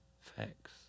Facts